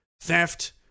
theft